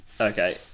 Okay